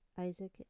Isaac